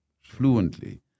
fluently